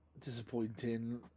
disappointing